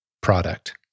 product